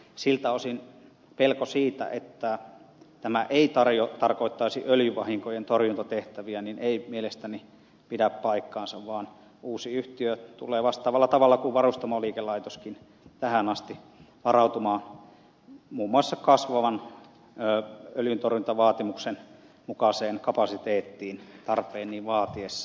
siltä osin pelko siitä että tämä ei tarkoittaisi öljyvahinkojen torjuntatehtäviä ei mielestäni pidä paikkaansa vaan uusi yhtiö tulee vastaavalla tavalla kuin varustamoliikelaitoskin tähän asti varautumaan muun muassa kasvavan öljyntorjuntavaatimuksen mukaiseen kapasiteettiin tarpeen niin vaatiessa